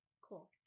cool